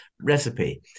recipe